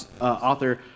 author